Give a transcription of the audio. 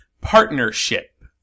Partnership